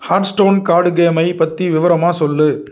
heart stone card கேமை பற்றி விவரமாக சொல்